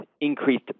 increased